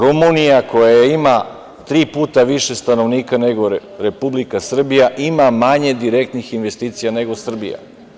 Rumunija, koja ima tri puta više stanovnika nego Republika Srbija, ima manje direktnih investicija nego Srbija.